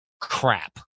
crap